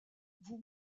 vous